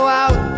out